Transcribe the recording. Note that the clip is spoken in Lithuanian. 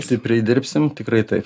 stipriai dirbsim tikrai taip